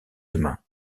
demain